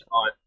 on